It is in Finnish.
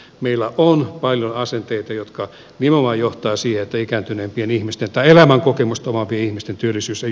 meillä on vain asenteita jotka minua johtaisi että ikääntyneempien ihmisten tai elämänkokemustavat ihmisten työllisyys on